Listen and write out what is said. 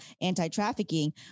anti-trafficking